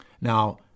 Now